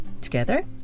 together